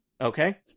Okay